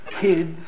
kids